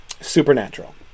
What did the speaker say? supernatural